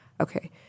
okay